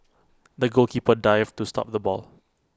the goalkeeper dived to stop the ball